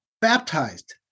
baptized